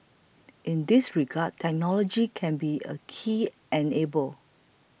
in this regard technology can be a key enabler